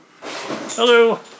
Hello